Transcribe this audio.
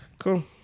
Cool